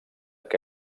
que